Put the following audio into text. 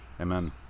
Amen